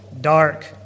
dark